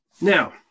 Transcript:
Now